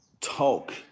talk